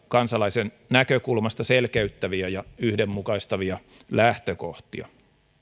kansalaisen näkökulmasta verotusta selkeyttäviä ja yhdenmukaistavia lähtökohtia